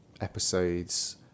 episodes